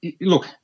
look